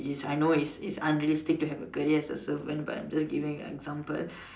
which is I know it's it's unrealistic to have a career as a servant but I'm just giving an example